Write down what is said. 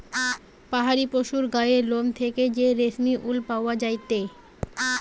পাহাড়ি পশুর গায়ের লোম থেকে যে রেশমি উল পাওয়া যায়টে